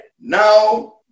Now